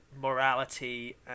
morality